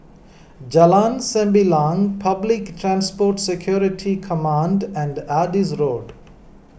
Jalan Sembilang Public Transport Security Command and Adis Road